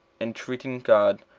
entreating god,